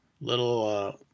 Little